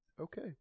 Okay